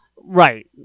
Right